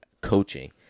coaching